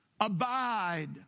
abide